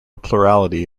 plurality